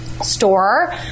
store